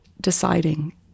deciding